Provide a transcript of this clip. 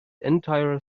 entire